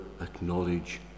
acknowledge